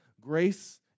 grace